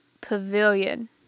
Pavilion